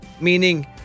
Meaning